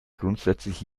grundsätzlich